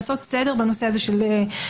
צריך לעשות סדר בנושא התיווך